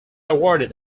awarded